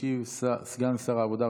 ישיב סגן שר העבודה,